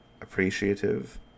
appreciative